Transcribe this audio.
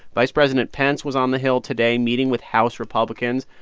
vice president pence was on the hill today, meeting with house republicans.